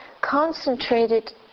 concentrated